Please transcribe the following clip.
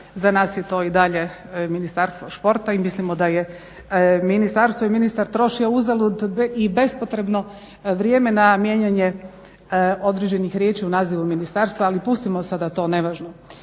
za nas je to i dalje Ministarstvo športa i mislimo da je ministarstvo i ministar trošio uzalud i bespotrebno vrijeme na mijenjanje određenih riječi u nazivu ministarstva ali pustimo sada to, nevažno